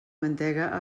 mantega